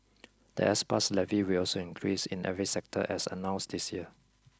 the S Pass Levy will also increase in every sector as announced this year